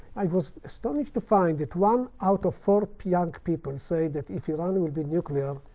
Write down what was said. i was astonished to find that one out of four young people say that if iran will be nuclear,